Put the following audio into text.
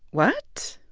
what?